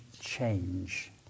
change